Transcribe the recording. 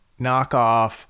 knockoff